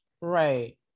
Right